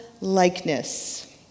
likeness